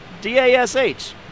D-A-S-H